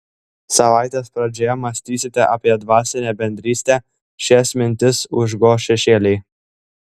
savaitės pradžioje mąstysite apie dvasinę bendrystę šias mintis užgoš šešėliai